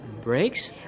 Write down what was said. Breaks